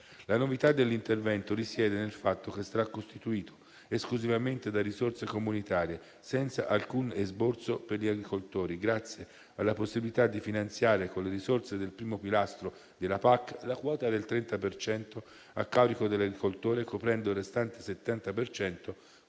La novità dell'intervento risiede nel fatto che sarà costituito esclusivamente da risorse comunitarie senza alcun esborso per gli agricoltori, grazie alla possibilità di finanziare con le risorse del primo pilastro della Politica agricola comune (PAC) la quota del 30 per cento a carico dell'agricoltore, coprendo il restante 70